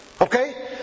Okay